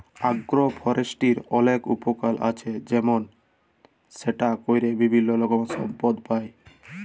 আগ্র ফরেষ্ট্রীর অলেক উপকার আছে যেমল সেটা ক্যরে বিভিল্য রকমের সম্পদ পাই